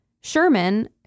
Sherman